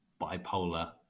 bipolar